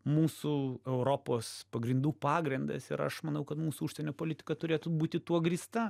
mūsų europos pagrindų pagrindas ir aš manau kad mūsų užsienio politika turėtų būti tuo grįsta